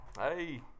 Hey